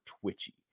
twitchy